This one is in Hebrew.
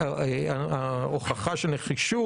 בהוכחה של נחישות,